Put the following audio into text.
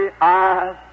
eyes